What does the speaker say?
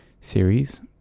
series